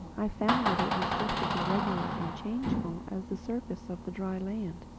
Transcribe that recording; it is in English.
i found that it was just as irregular and changeful as the surface of the dry land.